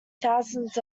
thousands